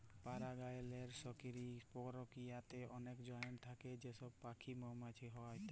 পারাগায়লের সকিরিয় পরকিরিয়াতে অলেক এজেলট থ্যাকে যেমল প্যাখি, মমাছি, হাওয়া ইত্যাদি